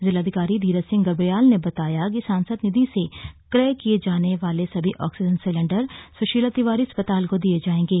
जिलाधिकारी धीरज सिंह गर्व्याल ने बताया कि सांसद निधि से क्रय किये जाने वाले सभी आक्सीजन सिलेन्डर सुशीला तिवारी अस्पताल को दिये जायेंगे